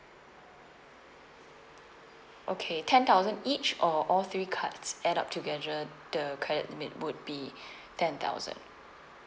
okay ten thousand each or all three cards add up together the credit limit would be ten thousand